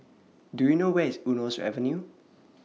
Do YOU know Where IS Eunos Avenue